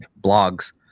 blogs